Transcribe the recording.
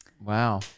Wow